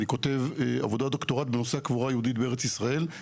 אני כותב עבודת דוקטורט בנושא הקבורה היהודית בארץ ישראל,